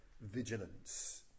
vigilance